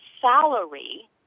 salary